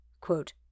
quote